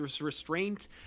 restraint